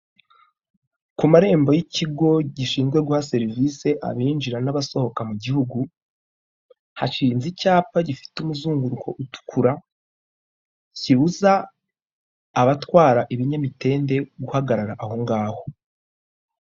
Ku marembo y'ikigo gishinzwe guha serivise abinjira n'abasohoka mu gihugu, hashinze icyapa gifite umuzenguruko utukura kibuza abatwara ibinyamitende guhagarara aho ngaho.